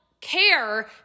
care